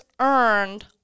earned